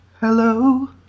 hello